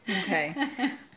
okay